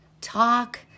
talk